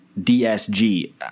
DSG